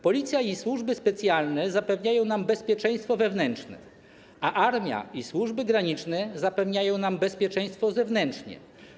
Policja i służby specjalne zapewniają nam bezpieczeństwo wewnętrzne, a armia i służby graniczne zapewniają nam bezpieczeństwo zewnętrzne.